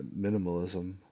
minimalism